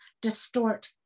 distort